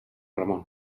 ramon